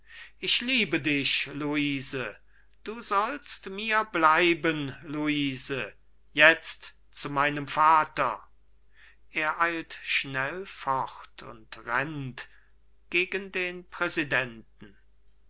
macht ich liebe dich luise du sollst mir bleiben luise jetzt zu meinem vater